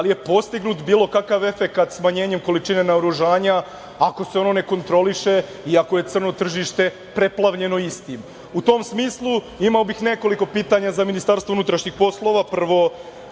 li je postignut bilo kakav efekat smanjenjem količine naoružanja ako se ono ne kontroliše i ako je crno tržište preplavljeno istim. U tom smislu imao bih nekoliko pitanja za MUP. Prvo, koliki